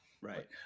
Right